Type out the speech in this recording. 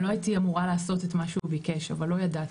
אני לא הייתי אמורה לעשות את מה שהוא ביקש אבל לא ידעתי."